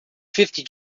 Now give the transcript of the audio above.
fifty